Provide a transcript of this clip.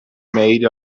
made